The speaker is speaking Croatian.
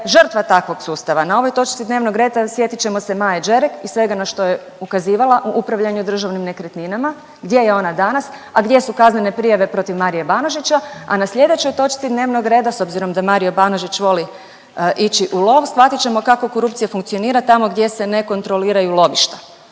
žrtva takvog sustava. Na ovoj točci dnevnog reda sjetit ćemo se Maje Đerek i svega na što je ukazivala u upravljanju državnim nekretninama, gdje je ona danas, a gdje su kaznene prijave protiv Maria Banožića, a na slijedećoj točci dnevnog reda s obzirom da Mario Banožić voli ići u lov, shvatit ćemo kako korupcija funkcionira tamo gdje se ne kontroliraju lovišta.